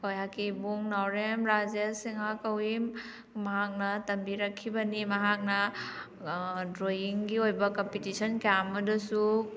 ꯑꯩꯍꯥꯛꯀꯤ ꯏꯕꯨꯡ ꯅꯥꯎꯔꯦꯝ ꯔꯥꯖꯦꯁ ꯁꯤꯡꯍꯥ ꯀꯧꯏ ꯃꯍꯥꯛꯅ ꯇꯝꯕꯤꯔꯛꯈꯤꯕꯅꯤ ꯃꯍꯥꯛꯅ ꯗ꯭ꯔꯣꯌꯤꯡꯒꯤ ꯑꯣꯏꯕ ꯀꯝꯄꯤꯇꯤꯁꯟ ꯀꯌꯥ ꯑꯃꯗꯁꯨ